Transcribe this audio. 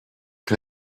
can